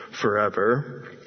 forever